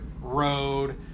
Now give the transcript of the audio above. road